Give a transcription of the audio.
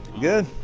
good